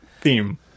theme